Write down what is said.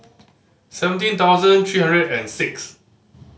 seventeen thousand three hundred and six